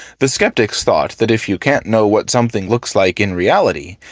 the skeptics thought that if you can't know what something looks like in reality,